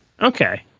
Okay